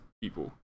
people